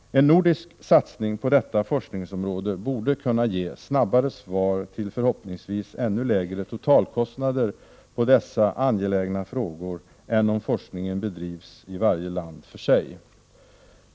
En nordisk satsning på detta forskningsområde borde kunna ge snabbare svar till förhoppningsvis ännu lägre totalkostnader på dessa angelägna frågor än om forskningen bedrivs i varje land för sig.